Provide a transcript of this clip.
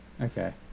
Okay